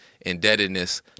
indebtedness